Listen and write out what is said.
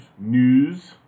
news